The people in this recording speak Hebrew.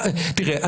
תראה,